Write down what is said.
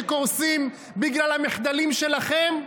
שקורסים בגלל המחדלים שלכם,